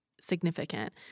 significant